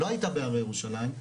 לא הייתה בהרי ירושלים,